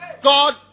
God